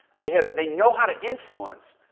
they have, they know how to influence,